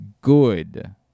good